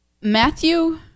matthew